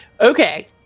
Okay